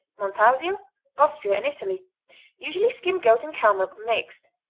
montasio austria and italy usually skimmed goat and cow milk mixed.